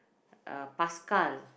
uh Paskal